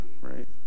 right